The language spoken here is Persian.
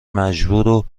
مجبور